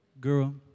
girl